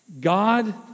God